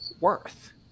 worth